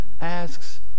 asks